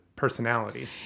personality